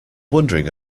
wondering